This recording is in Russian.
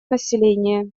населения